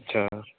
ਅੱਛਾ